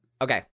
Okay